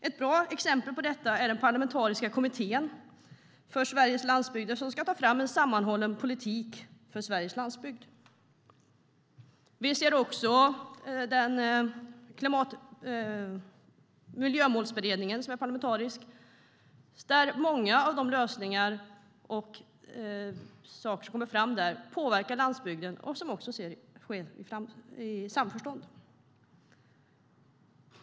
Ett bra exempel på detta är den parlamentariska kommittén för Sveriges landsbygder, som ska ta fram en sammanhållen politik för Sveriges landsbygd. Vi ser också Miljömålsberedningen, som är parlamentarisk. Många av de lösningar och saker som kommer fram där påverkar landsbygden, och det sker i samförstånd.